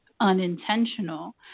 unintentional